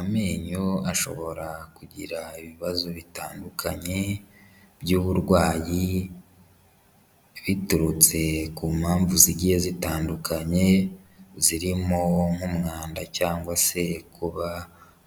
Amenyo ashobora kugira ibibazo bitandukanye by'uburwayi, biturutse ku mpamvu zigiye zitandukanye, zirimo nk'umwanda cyangwa se kuba